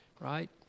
right